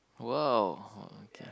!wow! oh okay